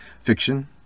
fiction